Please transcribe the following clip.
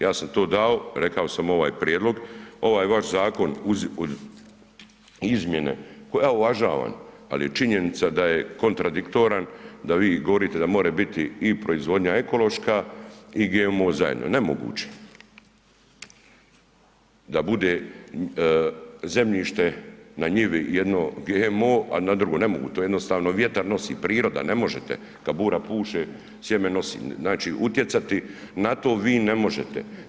Ja sam to dao, rekao sam ovaj prijedlog, ovaj vaš zakon uz izmjene ja uvažavam, al je činjenica da je kontradiktoran, da vi govorite da more biti i proizvodnja ekološka i GMO zajedno, nemoguće da bude zemljište na njivi jedno GMO, a na drugo, ne mogu, to jednostavno vjetar nosi, priroda, ne možete, kad bura puše sjeme nosi, znači utjecati na to vi ne možete.